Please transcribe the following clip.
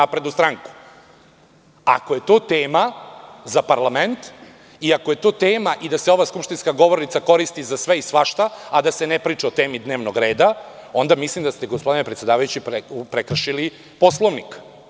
Ako je to tema za parlament i ako je to tema i da se ova skupštinska govornica koristi za sve i svašta, a da se ne priča o temi dnevnog reda, onda mislim da ste, gospodine predsedavajući, prekršili Poslovnik.